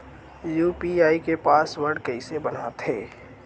UPI के password कइसे बनाथे?